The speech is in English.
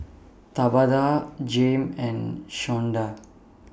Tabatha Jayme and Shawnda